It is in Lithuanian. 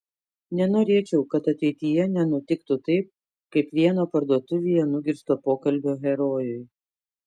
nenorėčiau kad ateityje nenutiktų taip kaip vieno parduotuvėje nugirsto pokalbio herojui